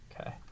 Okay